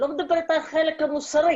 אני לא מדברת על החלק המוסרי.